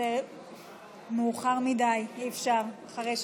אפשר יהיה להוסיף?